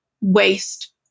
waste